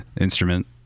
instrument